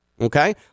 Okay